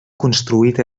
construït